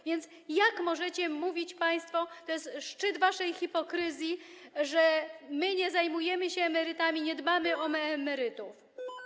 A więc jak możecie mówić państwo - to jest szczyt waszej hipokryzji - że my nie zajmujemy się emerytami, nie dbamy o emerytów?